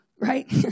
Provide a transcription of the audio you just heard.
right